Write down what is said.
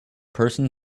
person